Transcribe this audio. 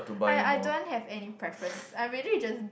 I I don't have any preference I'm really just